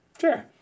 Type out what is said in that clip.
Sure